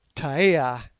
taia,